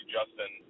Justin